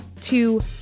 two